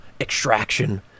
Extraction